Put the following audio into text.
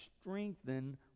strengthen